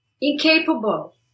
incapable